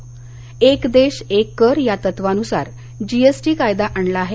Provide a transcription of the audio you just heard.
एक देश एक कर या तत्वानुसार जीएसटी कायदा आणला आहे